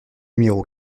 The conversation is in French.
numéro